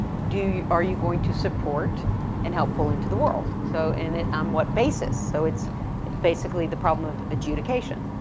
do you, are you going to support and help pull into the world. so, and it, on what basis, so it's basically the problem of adjudication.